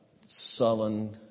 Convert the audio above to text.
sullen